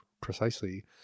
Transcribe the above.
precisely